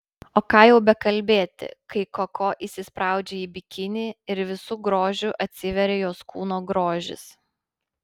o ką jau bekalbėti kai koko įsispraudžia į bikinį ir visu grožiu atsiveria jos kūno grožis